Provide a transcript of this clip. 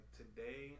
today